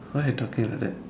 why you talking like that